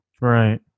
Right